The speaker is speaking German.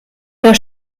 der